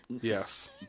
yes